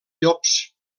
llops